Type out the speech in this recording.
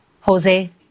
Jose